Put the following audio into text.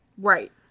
Right